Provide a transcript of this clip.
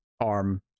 arm